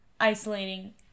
isolating